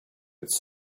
its